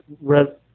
red